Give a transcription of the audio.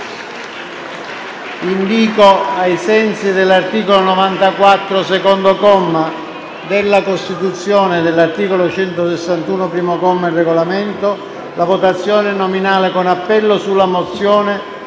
Indìco, ai sensi dell'articolo 94, secondo comma, della Costituzione e dell'articolo 161, comma 1, del Regolamento, la votazione nominale con appello della mozione